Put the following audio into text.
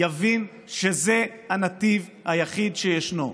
יבין שזה הנתיב היחיד שישנו,